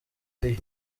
ariyo